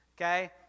Okay